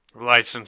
License